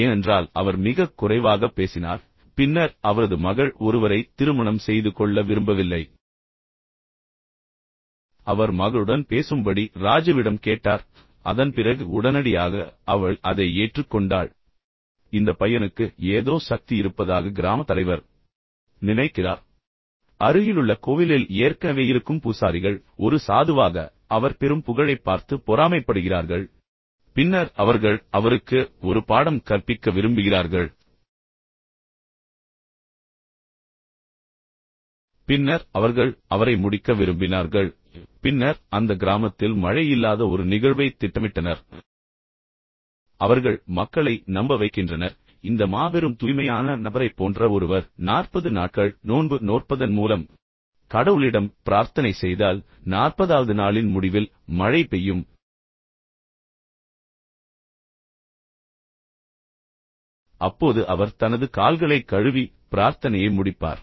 ஏனென்றால் அவர் மிகக் குறைவாகப் பேசினார் பின்னர் அவரது மகள் ஒருவரை திருமணம் செய்து கொள்ள விரும்பவில்லை அவர் மகளுடன் பேசும்படி ராஜுவிடம் கேட்டார் அதன்பிறகு உடனடியாக அவள் அதை ஏற்றுக்கொண்டாள் இந்த பையனுக்கு ஏதோ சக்தி இருப்பதாக கிராம தலைவர் நினைக்கிறார் இப்போது அருகிலுள்ள கோவிலில் ஏற்கனவே இருக்கும் பூசாரிகள் ஒரு சாதுவாக ஒரு துறவியாக அவர் பெறும் புகழைப் பார்த்து பொறாமைப்படுகிறார்கள் பின்னர் அவர்கள் அவருக்கு ஒரு பாடம் கற்பிக்க விரும்புகிறார்கள் பின்னர் அவர்கள் அவரை முடிக்க விரும்பினார்கள் பின்னர் அந்த கிராமத்தில் மழை இல்லாத ஒரு நிகழ்வைத் திட்டமிட்டனர் அவர்கள் மக்களை நம்ப வைக்கின்றனர் இந்த மாபெரும் தூய்மையான நபரைப் போன்ற ஒருவர் நாற்பது நாட்கள் நோன்பு நோற்பதன் மூலம் கடவுளிடம் பிரார்த்தனை செய்தால் நாற்பதாவது நாளின் முடிவில் மழை பெய்யும் அப்போது அவர் தனது கால்களைக் கழுவி பிரார்த்தனையை முடிப்பார்